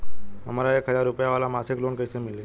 हमरा एक हज़ार रुपया वाला मासिक लोन कईसे मिली?